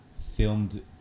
filmed